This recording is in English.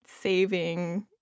saving